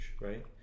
right